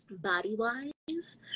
body-wise